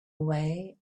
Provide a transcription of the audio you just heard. away